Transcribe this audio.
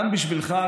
גם בשבילך,